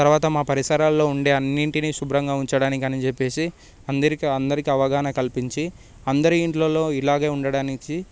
తర్వాత మా పరిసరాలలో ఉండే అన్నిటిని శుభ్రంగా ఉంచడానికి అని చెప్పేసి అందరికి అందరకి అవగాహన కల్పించి అందరూ ఇంట్లలో ఇలాగే ఉండడానికి